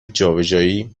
جابجایی